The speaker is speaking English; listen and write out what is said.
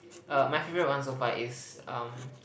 uh my favourite one so far is um